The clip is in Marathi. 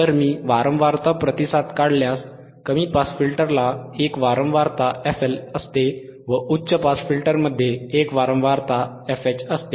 जर मी वारंवारता प्रतिसाद काढल्यास कमी पास फिल्टरला एक वारंवारता असते व उच्च पास फिल्टरमध्येही एक वारंवारता असते